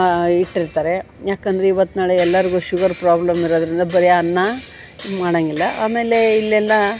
ಇಟ್ಟಿರ್ತಾರೆ ಏಕಂದ್ರೆ ಇವತ್ತು ನಾಳೆ ಎಲ್ಲರ್ಗೂ ಶುಗರ್ ಪ್ರಾಬ್ಲಮ್ ಇರೋದರಿಂದ ಬರೇ ಅನ್ನ ಮಾಡೋಂಗಿಲ್ಲ ಆಮೇಲೆ ಇಲ್ಲೆಲ್ಲ